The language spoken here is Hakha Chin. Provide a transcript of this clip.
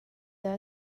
dah